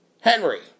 Henry